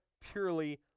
purely